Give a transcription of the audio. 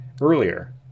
earlier